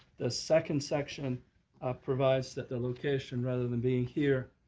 the second section provides that the location, rather than being here,